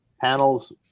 panels